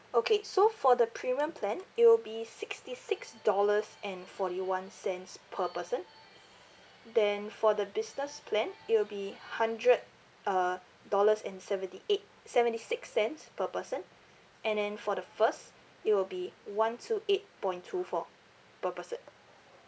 okay so for the premium plan it will be sixty six dollars and forty one cents per person then for the business plan it will be hundred uh dollars and seventy eight seventy six cents per person and then for the first it will be one two eight point two four per person